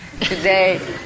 today